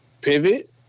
Pivot